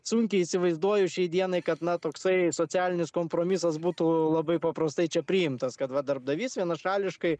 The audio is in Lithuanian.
sunkiai įsivaizduoju šiai dienai kad na toksai socialinis kompromisas būtų labai paprastai čia priimtas kad va darbdavys vienašališkai